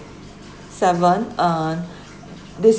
seven uh